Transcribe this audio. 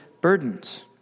burdens